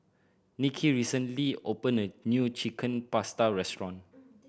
Nicki recently opened a new Chicken Pasta restaurant